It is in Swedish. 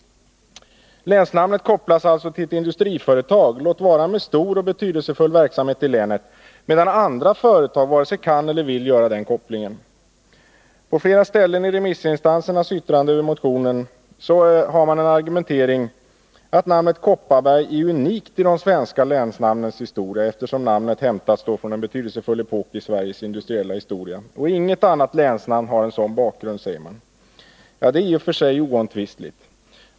Länsnamnet kopplas alltså till ett industriföretag — låt vara med en stor och betydelsefull verksamhet i länet — medan andra företag varken kan eller vill göra den kopplingen. På flera ställen i remissinstansernas yttrande över motionen återfinns argumenteringen att namnet Kopparberg är unikt i de svenska länsnamnens historia, eftersom namnet härrör från en betydelsefull epok i Sveriges industriella historia. Inget annat länsnamn har en sådan bakgrund. Detta är i och för sig oomtvistligt.